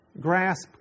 grasp